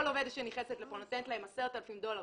כל עובדת שנכנסת לפה נותנת להם 10,000 דולר